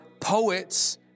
poets